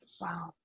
Wow